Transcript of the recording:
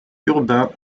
urbain